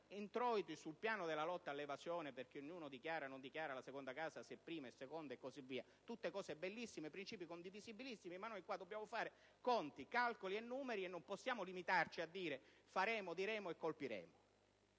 introiti sul piano della lotta all'evasione, perché ognuno dichiara o non dichiara se si tratta di prima o seconda casa, e così via: sono tutte cose bellissime, principi condivisibilissimi, ma noi in questa sede dobbiamo fare conti, calcoli e numeri, e non possiamo limitarci a dire che faremo, diremo e colpiremo.